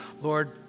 Lord